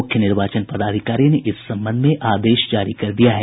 मुख्य निर्वाचन पदाधिकारी ने इस संबंध में आदेश जारी कर दिया है